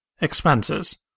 Expenses